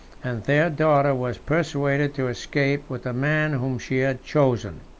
and their daughter was persuaded to escape with the man whom she had chosen.